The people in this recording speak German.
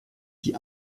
die